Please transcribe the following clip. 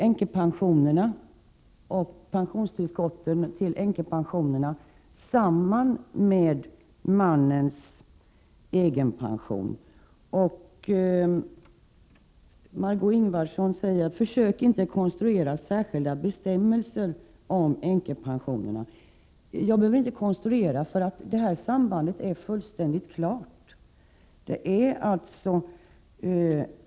Änkepensionerna och pensionstillskotten i det sammanhanget hänger ju samman med mannens egen pension. Margö Ingvardsson säger: Försök inte konstruera särskilda bestämmelser för änkepensionerna! Jag behöver inte konstruera något, därför att sambandet i det avseendet är fullständigt klart.